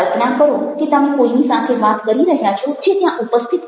કલ્પના કરો કે તમે કોઈની સાથે વાત કરી રહ્યા છો જે ત્યાં ઉપસ્થિત નથી